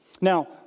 Now